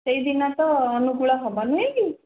ସେହିଦିନ ତ ଅନୁକୁଳ ହେବ ନାହିଁ କି